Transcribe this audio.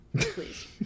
please